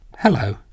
Hello